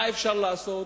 מה אפשר לעשות